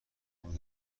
بانک